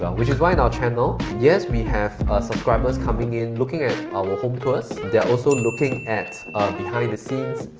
but which is why in our channel, yes we have subscribers coming in looking at our home tours, they're also looking at behind the scenes,